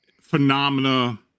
phenomena